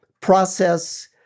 process